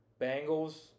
Bengals